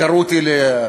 קראו אותי לחקירה.